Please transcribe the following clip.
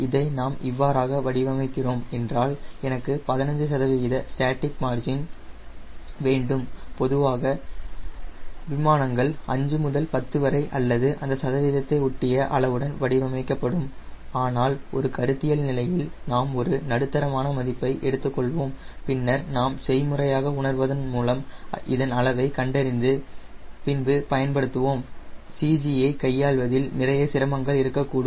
இதை நாம் இவ்வாறாக வடிவமைக்கிறோம் என்றால் எனக்கு 15 சதவிகித ஸ்டேட்டிக் மார்ஜின் வேண்டும் பொதுவாக விமானங்கள் 5 முதல் 10 வரை அல்லது அந்த சதவீதத்தை ஒட்டிய அளவுடன் வடிவமைக்கப்படும் ஆனால் ஒரு கருத்தியல் நிலையில் நாம் ஒரு நடுத்தரமான மதிப்பை எடுத்துக்கொள்வோம் பின்னர் நாம் செய்முறையாக உணர்வதன் மூலம் இதன் அளவை கண்டறிந்து பின்பு பயன்படுத்துவோம் CG யைக் கையாள்வதில் நிறைய சிரமங்கள் இருக்கக்கூடும்